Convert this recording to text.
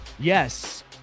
Yes